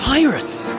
Pirates